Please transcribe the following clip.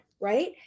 right